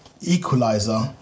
equalizer